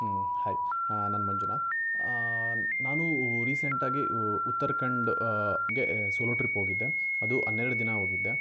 ಹ್ಞೂ ಹಾಯ್ ನಾನು ಮಂಜುನಾಥ ನಾನು ರೀಸೆಂಟಾಗಿ ಉತ್ತರಾಖಂಡ್ ಗೆ ಸೋಲೋ ಟ್ರಿಪ್ ಹೋಗಿದ್ದೆ ಅದು ಹನ್ನೆರಡು ದಿನ ಹೋಗಿದ್ದೆ